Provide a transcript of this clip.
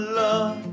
love